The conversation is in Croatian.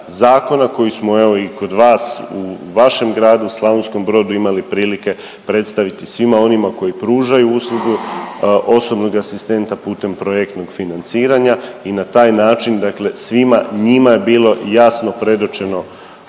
zakona koji smo evo i kod vas u vašem gradu Slavonskom Brodu imali prilike predstaviti svima onima koji pružaju uslugu osobnog asistenta putem projektnog financiranja i na taj način dakle svima njima je bilo jasno predočeno